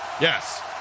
Yes